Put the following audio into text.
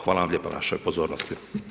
Hvala vam lijepa na vašoj pozornosti.